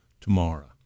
tomorrow